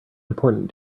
important